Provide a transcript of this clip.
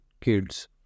kids